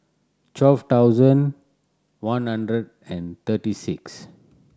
twelve thousand one hundred and thirty six